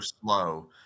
slow